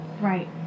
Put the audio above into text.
Right